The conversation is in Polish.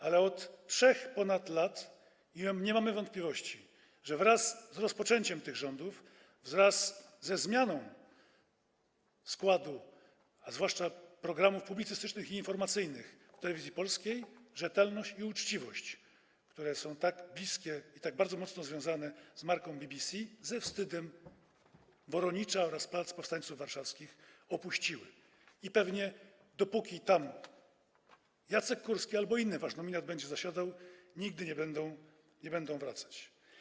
Ale od ponad 3 lat nie mamy wątpliwości, że wraz z rozpoczęciem tych rządów, wraz ze zmianą składu, a zwłaszcza programów publicystycznych i informacyjnych w Telewizji Polskiej, rzetelność i uczciwość, które są tak bliskie i tak bardzo mocno związane z marką BBC, ze wstydem Woronicza oraz plac Powstańców Warszawy opuściły i pewnie dopóki tam Jacek Kurski albo inny wasz nominat będzie zasiadał, nigdy nie będą wracać.